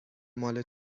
مال